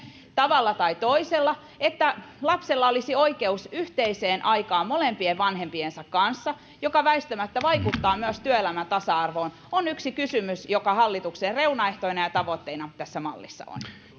tavalla tai toisella siihen että lapsella olisi oikeus yhteiseen aikaan molempien vanhempiensa kanssa mikä väistämättä vaikuttaa myös työelämän tasa arvoon on yksi kysymys joka hallituksen reunaehtona ja tavoitteena tässä mallissa on